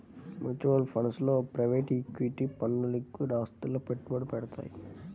mutual funds లో private equity ఫండ్లు liquid ఆస్తులలో పెట్టుబడి పెడతయ్యి